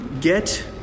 get